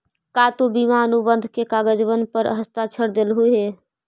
का तु बीमा अनुबंध के कागजबन पर हस्ताक्षरकर देलहुं हे?